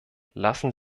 lassen